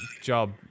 job